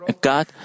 God